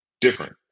different